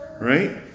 Right